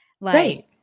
Right